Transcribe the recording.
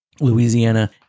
Louisiana